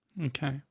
Okay